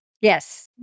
yes